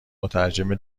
مترجم